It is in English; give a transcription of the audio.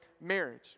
marriage